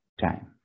time